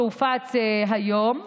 שהופץ היום,